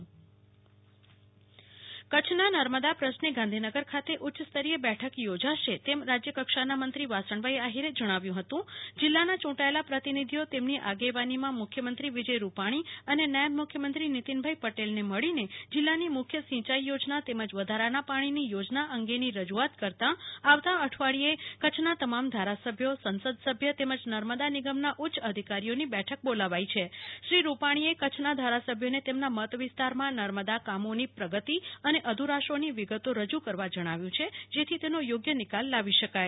કલ્પના શાહ્ કચ્છ નર્મદા પ્રશ્ને ઉચ્ચસ્તરીય બેઠક કચ્છના નર્મદા પ્રશ્ને ગાંધીનગર ખાતે ઉચ્ચસ્તરીય બેઠક યોજાશે તેમ રાજ્યકક્ષાના મંત્રી વાસણભાઈ આહિરે જણાવ્યું હતું કે જીલ્લાના ચૂંટાયેલા પ્રતિનિધિઓ તેમની આગેવાનીમાં મુખ્યમંત્રી વિજય રૂપાણી અને નાયબ મુખ્યમંત્રી નીતિનભાઈ પટેલને મળીને જીલ્લાની મુખ્ય સિંયાઈ યોજના તેમજ વધારાના પાણીની યોજના અંગેની રજૂઆત કરતા આવતા અઠવાડિયે કચ્છના તમામ ધારાસભ્યો સંસદ સભ્ય તેમજ નર્મદા નિગમના ઉચ્ચઅધિકારીઓની બેઠક બોલાવી છે શ્રી રૂપાણીએ કચ્છના ધારાસભ્યોને તેમના મતવિસ્તારમાં નર્મદાના કામોની પ્રગતિ અને અધ્રાશોની વિગતો રજુ કરવા જણાવ્યું છે જેથી તેનો યોગ્ય નિકાલ લાવી શકાય